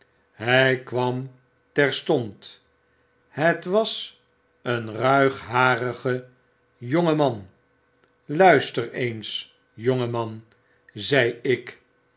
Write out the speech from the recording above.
hg kwam terstond het was een ruigharige jonge man luister eensjongeman zei ik